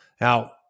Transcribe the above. Now